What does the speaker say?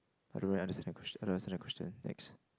I don't really understand the question I don't understand the question next